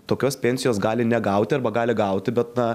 tokios pensijos gali negauti arba gali gauti bet na